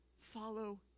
follow